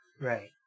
Right